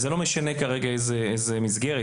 זה לא משנה כרגע באיזו מסגרת,